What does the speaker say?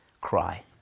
cry